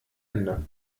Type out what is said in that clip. ende